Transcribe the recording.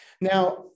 Now